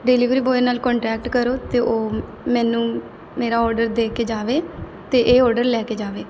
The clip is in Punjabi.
ਡਿਲੀਵਰੀ ਬੋਆਏ ਨਾਲ਼ ਕੋਂਟੈਕਟ ਕਰੋ ਅਤੇ ਉਹ ਮੈਨੂੰ ਮੇਰਾ ਔਡਰ ਦੇ ਕੇ ਜਾਵੇ ਅਤੇ ਇਹ ਔਡਰ ਲੈ ਕੇ ਜਾਵੇ